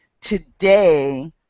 today